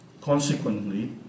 Consequently